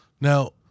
now